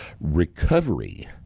recovery